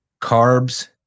carbs